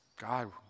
God